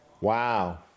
Wow